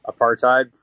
apartheid